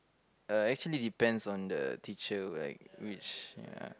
uh actually depends on the teacher like which ya